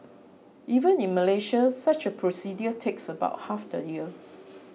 even in Malaysia such a procedure takes about half the year